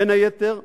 בין היתר,